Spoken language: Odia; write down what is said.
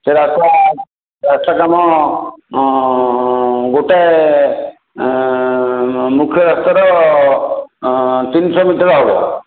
ସେଗୁଡ଼ାକ ରାସ୍ତା କାମ ଗୋଟେ ମୁଖ୍ୟ ରାସ୍ତାର ତିନିଶହ ମିଟର୍ ହେବ